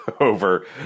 over